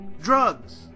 drugs